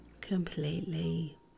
completely